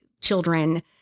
children